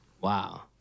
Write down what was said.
Wow